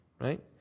right